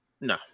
No